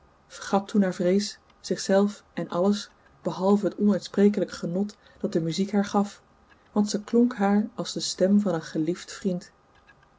vergat toen haar vrees zichzelf en alles behalve het onuitsprekelijk genot dat de muziek haar gaf want ze klonk haar als de stem van een geliefd vriend